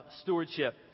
stewardship